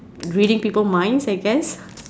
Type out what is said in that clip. reading people minds I guess